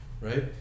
right